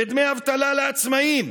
בדמי אבטלה לעצמאים,